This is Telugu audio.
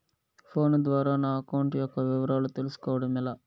ఫోను ద్వారా నా అకౌంట్ యొక్క వివరాలు తెలుస్కోవడం ఎలా?